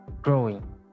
growing